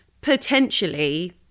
potentially